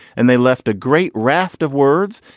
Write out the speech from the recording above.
and they left a great raft of words.